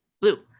Blue